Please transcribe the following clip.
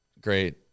great